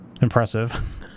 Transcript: impressive